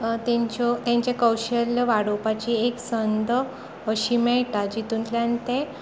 तांच्यो तांचें कौशल्य वाडोवपाची एक संद अशी मेळटा जितुंतल्यान ते